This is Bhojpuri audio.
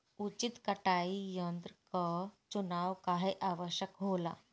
उचित कटाई यंत्र क चुनाव काहें आवश्यक होला?